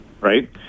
right